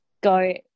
go